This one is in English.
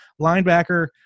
linebacker